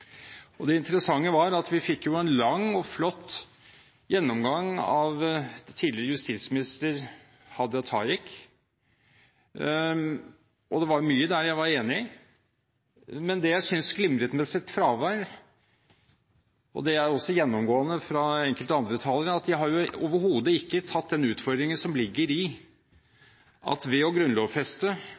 Grunnloven. Det interessante var at vi fikk en lang og flott gjennomgang av tidligere kulturminiser Hadia Tajik, og det var mye der jeg var enig i. Men det jeg synes glimret med sitt fravær, og det er også gjennomgående fra enkelte andre talere, er at de overhodet ikke har tatt den utfordringen som ligger i at ved å grunnlovfeste